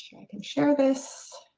can share this.